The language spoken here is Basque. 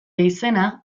izena